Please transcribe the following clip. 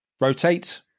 rotate